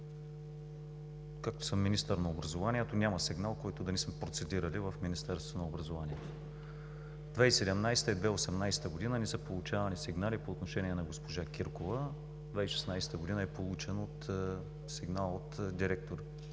откакто съм министър на образованието няма сигнал, който да не сме процедирали в Министерството на образованието и науката. През 2017 г. и 2018 г. не са получавани сигнали по отношение на госпожа Киркова. През 2016 г. е получен сигнал от директора